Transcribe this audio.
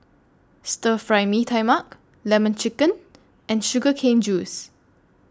Stir Fry Mee Tai Mak Lemon Chicken and Sugar Cane Juice